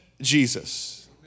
Jesus